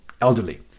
elderly